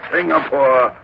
Singapore